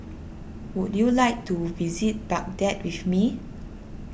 would you like to visit Baghdad with me